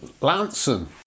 Lanson